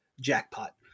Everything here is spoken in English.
jackpot